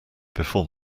before